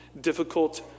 difficult